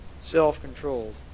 Self-controlled